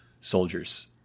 soldiers